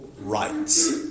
Rights